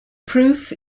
proof